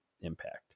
impact